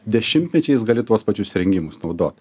dešimtmečiais gali tuos pačius įrengimus naudot